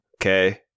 Okay